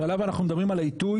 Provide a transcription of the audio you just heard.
שעליו אנחנו מדברים על העיתוי,